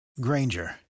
Granger